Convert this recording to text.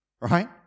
right